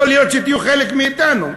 יכול להיות שתהיו חלק מאתנו,